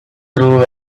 through